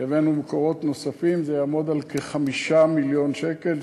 הבאנו מקורות נוספים וזה יעמוד על כ-5 מיליון שקל,